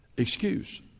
excuse